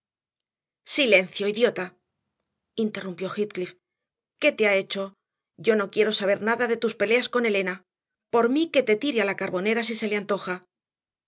silencio idiota interrumpió heathcliff qué te ha hecho yo no quiero saber nada de tus peleas con elena por mí que te tire a la carbonera si se le antoja